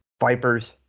Vipers